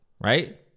right